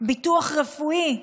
ביטוח רפואי.